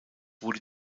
wurde